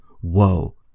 whoa